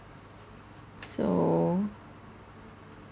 so